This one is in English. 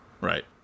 Right